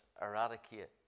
eradicate